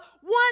one